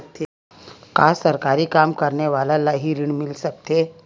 का सरकारी काम करने वाले ल हि ऋण मिल सकथे?